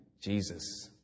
Jesus